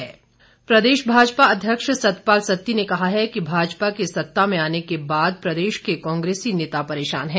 सत्ती बयान प्रदेश भाजपा अध्यक्ष सतपाल सत्ती ने कहा है कि भाजपा के सत्ता में आने के बाद प्रदेश के कांग्रेसी नेता परेशान हैं